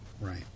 Right